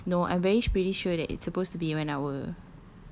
fifty minutes no I'm very pretty sure that it's supposed to be one hour